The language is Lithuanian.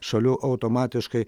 šalių automatiškai